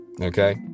Okay